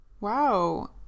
Wow